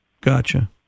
Gotcha